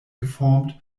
geformt